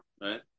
right